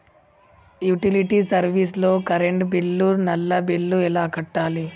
Utility service లో current bill, నల్లా bill ఎలా కట్టాలి?